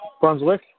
Brunswick